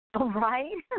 right